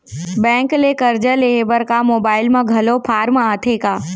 Bank ले करजा लेहे बर का मोबाइल म घलो फार्म आथे का?